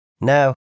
No